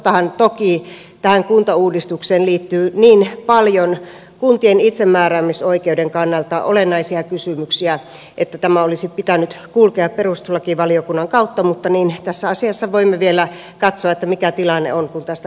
tottahan toki tähän kuntauudistukseen liittyy niin paljon kuntien itsemääräämisoikeuden kannalta olennaisia kysymyksiä että tämän olisi pitänyt kulkea perustuslakivaliokunnan kautta mutta tässä asiassa voimme vielä katsoa mikä tilanne on kun tästä asiasta äänestetään